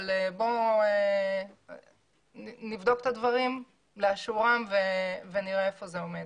אבל בוא נבדוק את הדברים ונראה איפה זה עומד.